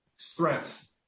threats